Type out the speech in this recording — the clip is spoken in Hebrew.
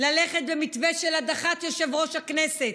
ללכת למתווה של הדחת יושב-ראש הכנסת,